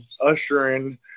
ushering